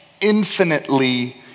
infinitely